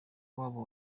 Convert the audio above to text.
wabo